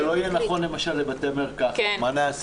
זה לא יהיה נכון למשל לבתי מרקחת.